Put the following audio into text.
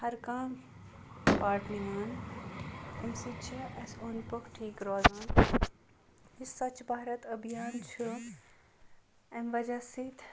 ہر کانٛہہ پاٹ نِوان امہِ سۭتۍ چھ اَسہِ اوٚند پوٚکھ ٹھیٖکھ روزان یہِ سوچھ بھارت أبھیان چھُ امہِ وَجہ سۭتۍ